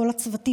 כל הצוותים,